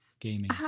gaming